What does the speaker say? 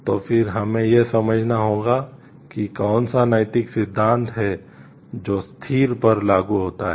तो फिर हमें यह समझना होगा कि कौन सा नैतिक सिद्धांत है जो स्थिति पर लागू होता है